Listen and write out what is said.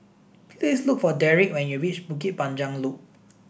please look for Derik when you reach Bukit Panjang Loop